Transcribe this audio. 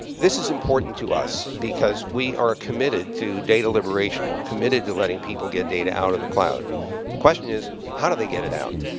this is important to us because we are committed to data liberation. we're committed to letting people get data out of the cloud. the question is, how do they get it out?